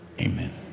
Amen